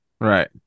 Right